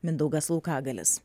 mindaugas laukagalis